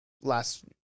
last